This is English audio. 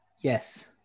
Yes